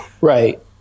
right